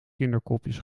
kinderkopjes